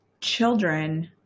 children